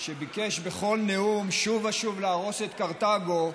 שביקש בכל נאום שוב ושוב להרוס את קרתגו,